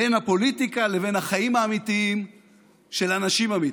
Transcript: בין הפוליטיקה לבין החיים האמיתיים של אנשים אמיתיים.